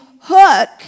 hook